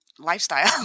lifestyle